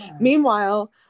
Meanwhile